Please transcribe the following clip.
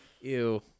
Ew